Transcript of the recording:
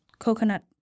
Coconut